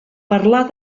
parlar